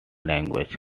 language